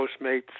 postmates